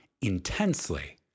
intensely